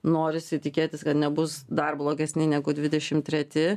norisi tikėtis kad nebus dar blogesni negu dvidešimt treti